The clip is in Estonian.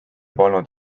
polnud